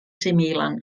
similan